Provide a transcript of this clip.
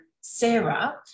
Sarah